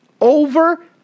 Over